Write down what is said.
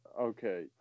okay